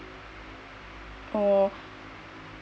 oh